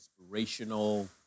inspirational